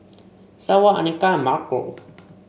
Seward Anika and Marco